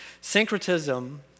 syncretism